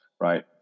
right